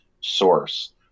source